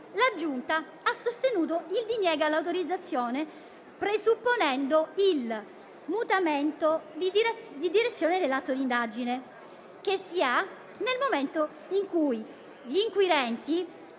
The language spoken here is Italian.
la Giunta ha sostenuto il diniego all'autorizzazione, presupponendo il mutamento di direzione dell'atto di indagine che si ha nel momento in cui gli inquirenti,